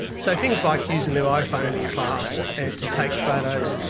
so things like using their iphone in class and to take photos,